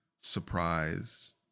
surprise